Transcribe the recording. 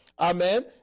Amen